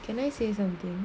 can I say something